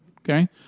okay